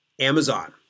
Amazon